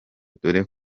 dore